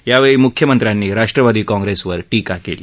यावेळी मुख्यमंत्र्यांनी राष्ट्रवादी काँग्रेसवर टीका केली